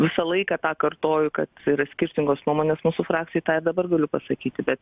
visą laiką tą kartoju kad skirtingos nuomonės mūsų frakcijoj tą ir dabar galiu pasakyti bet